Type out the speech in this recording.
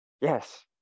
yes